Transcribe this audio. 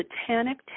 Satanic